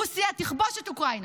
רוסיה תכבוש את אוקראינה.